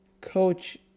coach